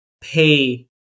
pay